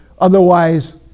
otherwise